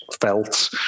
felt